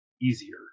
easier